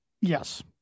Yes